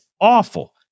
awful